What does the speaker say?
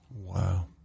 Wow